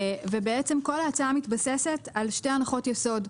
בעצם, כל ההצעה מתבססת על שתי הנחות יסוד.